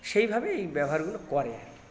সেইভাবেই ব্যবহারগুলো করে